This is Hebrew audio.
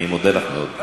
אני מודה לך מאוד.